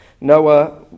Noah